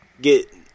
get